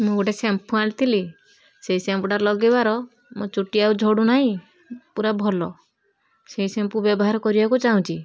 ମୁଁ ଗୋଟେ ସାମ୍ପୁ ଆଣିଥିଲି ସେଇ ସାମ୍ପୁଟା ଲଗେଇବାର ମୋ ଚୁଟି ଆଉ ଝଡ଼ୁନାହିଁ ପୁରା ଭଲ ସେଇ ସାମ୍ପୁ ବ୍ୟବହାର କରିବାକୁ ଚାହୁଁଛି